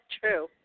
true